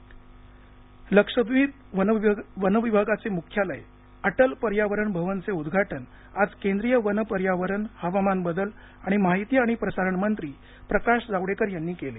लक्षद्वीप लक्षद्वीप वनविभागाचे मुख्यालय अटल पर्यावरण भवनचे उद्घाटन आज केंद्रीय वन पर्यावरण हवामान बदल आणि माहिती आणि प्रसारण मंत्री प्रकाश जावडेकर यांनी केलं